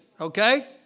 Okay